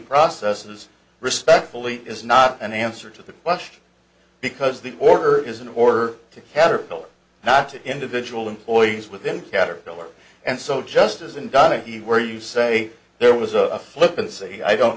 processes respectfully is not an answer to the question because the order is in order to caterpillar not to individual employees within caterpillar and so just as in donaghy where you say there was a flippancy i don't